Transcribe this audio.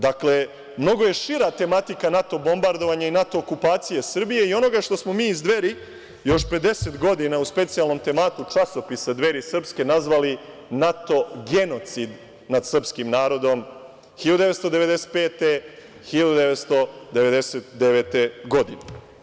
Dakle, mnogo je šira tematika NATO bombardovanja i NATO okupacije Srbije i onoga što smo mi iz Dveri još pre 10 godina u specijalnom tematu časopisa „Dveri srpske“ nazvali – NATO genocid nad srpskim narodom 1995-1999. godine.